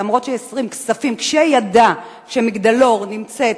ולמרות שהזרים כספים כשידע ש"מגדל אור" נמצאת